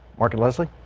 mark and leslie.